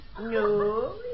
No